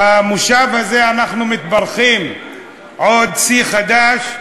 במושב הזה אנחנו מתברכים בעוד שיא חדש: